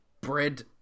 bread